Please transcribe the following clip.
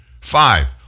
Five